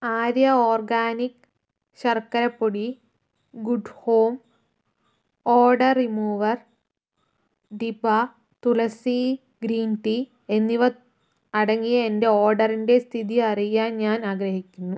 Arya organic ശർക്കര പൊടി good home odour remover ഡിബ തുളസി ഗ്രീൻ ടീ എന്നിവ അടങ്ങിയ എന്റെ ഓർഡറിന്റെ സ്ഥിതി അറിയാൻ ഞാൻ ആഗ്രഹിക്കുന്നു